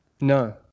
no